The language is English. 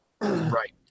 right